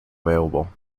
available